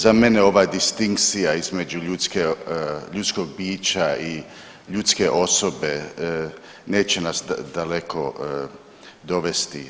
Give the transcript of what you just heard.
Za mene ova distinkcija između ljudskog bića i ljudske osobe neće nas daleko dovesti.